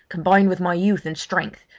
combined with my youth and strength,